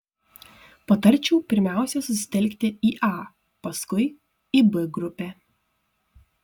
patarčiau pirmiausia susitelkti į a paskui į b grupę